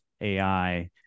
AI